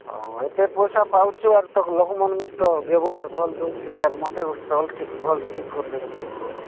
ଓହୋ ଏତେ ପଇସା ପାଉଛୁ ହେଲେ ଲୋକମାନଙ୍କୁ ନିଶ୍ଚିନ୍ତ ବ୍ୟବହାର ଭଲ ଦେଉଥିବେ ଆର ମୋତେ ଷ୍ଟଲ ଭଲ ଠିକ କରିଦେବୁ ନେଇ